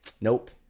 Nope